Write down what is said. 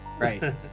Right